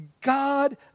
God